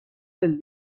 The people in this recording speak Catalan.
del